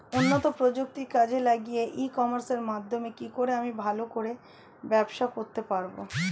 উন্নত প্রযুক্তি কাজে লাগিয়ে ই কমার্সের মাধ্যমে কি করে আমি ভালো করে ব্যবসা করতে পারব?